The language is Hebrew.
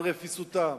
על רפיסותם.